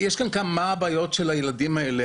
מה הבעיות של הילדים האלה?